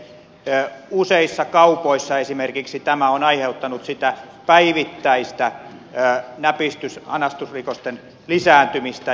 esimerkiksi useissa kaupoissa tämä on aiheuttanut päivittäistä näpistys anastusrikosten lisääntymistä